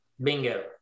Bingo